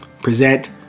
present